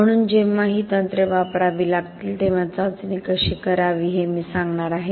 म्हणून जेव्हा ही तंत्रे वापरावी लागतील तेव्हा चाचणी कशी करावी हे मी सांगणार आहे